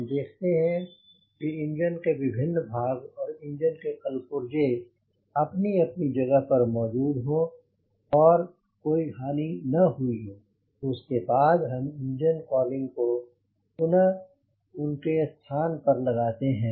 हम देखते हैं कि इंजन के विभिन्न भाग और इंजन के कलपुर्जे अपनी अपनी जगह मौजूद हों और कोई हानि न हुई हो और उसके बाद इंजन कॉलिंग को पुनः उसके स्ताहन पर लगाते हैं